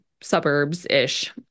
suburbs-ish